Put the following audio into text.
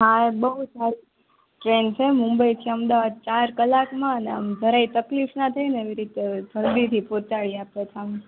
હા બોઉ સારી ટ્રેન છે મુંબઈથી અમદાવાદ ચાર કલાકમાં અને આમ જરાય તકલીફ ના થાય ને એવી રીતે જલદીથી પહોંચાડી આપે છે